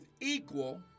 equal